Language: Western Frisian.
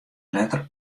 letter